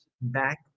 back